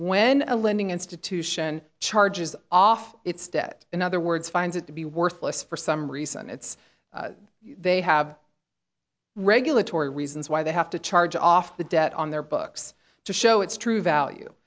when a lending institution charges off its debt in other words finds it to be worthless for some reason it's they have regulatory reasons why they have to charge off the debt on their books to show its true value